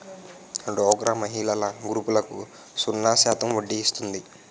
డోక్రా మహిళల గ్రూపులకు సున్నా శాతం వడ్డీ ఇస్తుంది